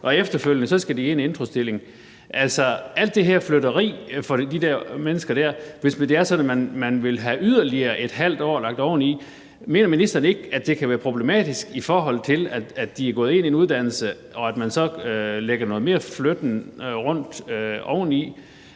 og efterfølgende skal de i en introstilling. Synes ministeren det er rimeligt? Hvis det er sådan, at man vil have yderligere et halvt år lagt oveni, mener ministeren så ikke, at det kan være problematisk, i forhold til at de har påbegyndt en uddannelse, hvor der i forvejen er meget flytteri,